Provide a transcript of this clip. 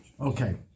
okay